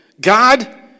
God